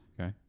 Okay